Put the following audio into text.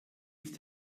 ist